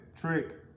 trick